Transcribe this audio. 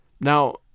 Now